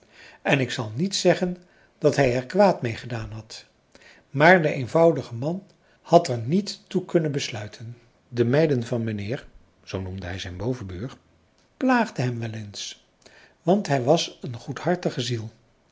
en ik zal niet zeggen dat hij er kwaad mee gedaan had maar de eenvoudige man had er niet toe kunnen besluiten de meiden van mijnheer zoo noemde françois haverschmidt familie en kennissen hij zijn bovenbuur plaagden hem wel eens want hij was een goedhartige ziel